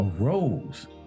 arose